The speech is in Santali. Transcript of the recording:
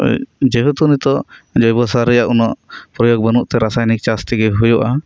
ᱡᱮᱦᱮᱛᱩ ᱱᱤᱛᱚᱜ ᱡᱚᱭᱵᱚᱥᱟᱨ ᱨᱮᱭᱟᱜ ᱩᱱᱟᱹᱜ ᱯᱨᱚᱭᱚᱜ ᱵᱟᱹᱱᱩᱜ ᱛᱮ ᱨᱟᱥᱟᱭᱚᱱᱤᱠ ᱪᱟᱥᱛᱤᱜᱤ ᱦᱩᱭᱩᱜ ᱟ